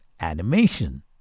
animation